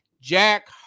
Jack